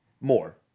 more